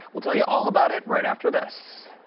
we'll tell you all about it right after this.